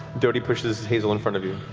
doty pushes hazel in front of you.